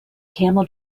camel